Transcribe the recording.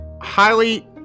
highly